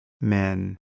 men